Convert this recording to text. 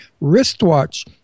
wristwatch